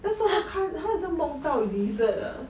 那时候她看她好像梦到 lizard